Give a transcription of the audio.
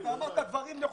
אתה אמרת דברים נכונים,